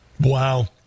Wow